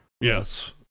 yes